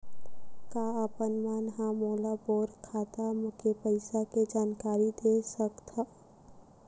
का आप मन ह मोला मोर खाता के पईसा के जानकारी दे सकथव?